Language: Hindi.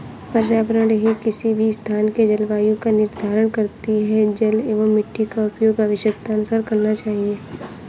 पर्यावरण ही किसी भी स्थान के जलवायु का निर्धारण करती हैं जल एंव मिट्टी का उपयोग आवश्यकतानुसार करना चाहिए